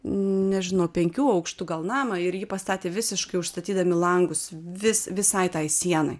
nežinau penkių aukštų gal namą ir jį pastatė visiškai užstatydami langus vis visai tai sienai